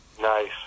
Nice